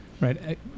Right